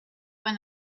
when